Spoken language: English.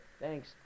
thanks